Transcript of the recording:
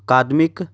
academic